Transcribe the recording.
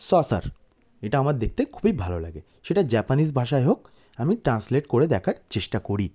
সরসারার এটা আমার দেখতে খুবই ভালো লাগে সেটা জ্যাপানিস ভাষায় হোক আমি ট্রান্সলেট করে দেখার চেষ্টা করি